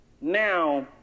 Now